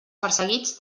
perseguits